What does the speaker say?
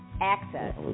access